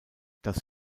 das